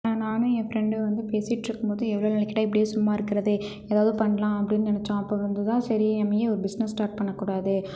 நானும் என் ஃப்ரெண்டும் வந்து பேசிகிட்ருக்கும்போது எவ்வளோ நாளைக்குதான் இப்படியே சும்மா இருக்கிறது ஏதாவது பண்ணலாம் அப்படின்னு நெனைச்சோம் அப்போது வந்து தான் சரி நம்ம ஏன் ஒரு பிஸ்னஸ் ஸ்டார்ட் பண்ணக்கூடாது